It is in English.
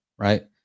Right